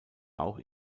auch